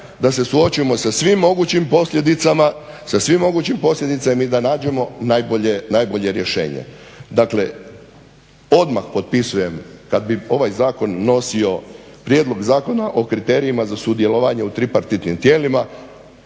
da se suočimo sa svim mogućim posljedicama i da nađemo najbolje rješenje. Dakle, odmah potpisujem kad bi ovaj zakon nosio prijedlog zakona o kriterijima za sudjelovanje u tripartitnim tijelima